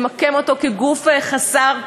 למקם אותו כגוף חסר כוח,